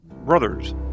Brothers